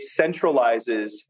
centralizes